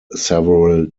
several